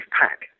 pack